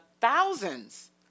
thousands